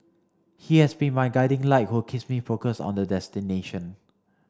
he has been my guiding light who kiss me focus on the destination